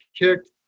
kicked